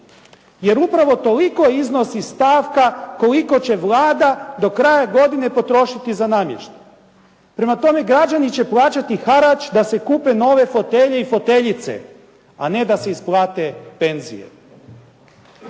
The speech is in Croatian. jer upravo toliko iznosi stavka koliko će Vlada do kraja godine potrošiti za namještaj. Prema tome, građani će plaćati harač da se kupe nove fotelje i foteljice, a ne da se isplate penzije.